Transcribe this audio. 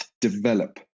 develop